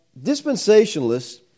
dispensationalists